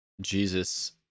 Jesus—